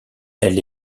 elle